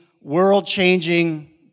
world-changing